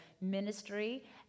ministry